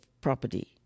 property